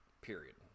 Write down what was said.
period